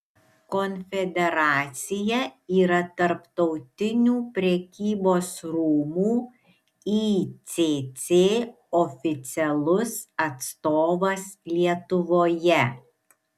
konfederacija yra tarptautinių prekybos rūmų icc oficialus atstovas lietuvoje